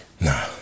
Nah